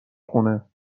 خونه